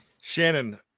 Shannon